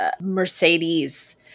Mercedes